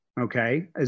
okay